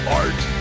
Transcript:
art